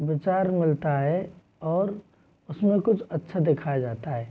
विचार मिलता है और उसमें कुछ अच्छा दिखाया जाता है